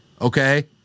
okay